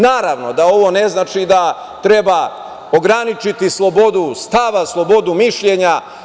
Naravno da ovo ne znači da treba ograničiti slobodu stava, slobodu mišljenja.